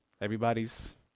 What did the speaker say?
everybody's